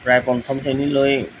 প্ৰায় পঞ্চম শ্ৰেণীলৈ